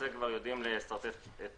יודעים פחות או יותר לשרטט את